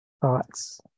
thoughts